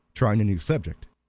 trying a new subject.